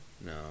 No